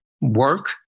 work